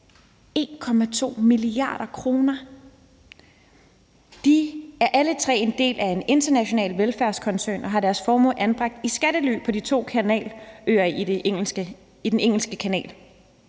1,2 mia. kr. De er alle tre en del af en international velfærdskoncern og har deres formuer anbragt i skattely på de to kanaløer i Den Engelske Kanal.